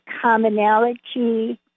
commonality